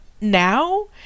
now